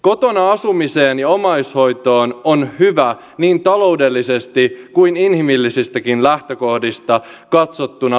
kotona asumiseen ja omaishoitoon on hyvä niin taloudellisesti kuin inhimillisistäkin lähtökohdista katsottuna hyvä panostaa